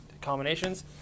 combinations